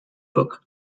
book